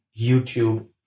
YouTube